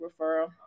referral